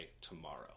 tomorrow